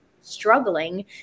struggling